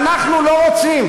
ואנחנו לא רוצים,